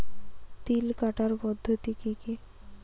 তিল কাটার পদ্ধতি কি কি?